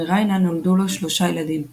מריינה נולדו לו שלושה ילדים חיים,